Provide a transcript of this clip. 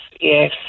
yes